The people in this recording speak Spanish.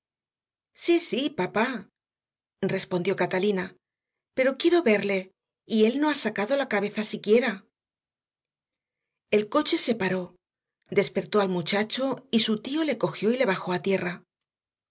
sí sí papá respondió catalina pero quiero verle y él no ha sacado la cabeza siquiera el coche se paró despertó el muchacho y su tío le cogió y le bajó a tierra